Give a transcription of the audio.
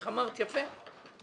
אמרת יפה.